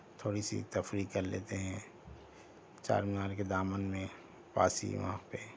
تھوڑی سی تفریح کر لیتے ہیں چار مینار کے دامن میں پاس ہی وہاں پہ